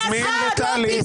במקרה אתם יודעים שלא אותה דעה.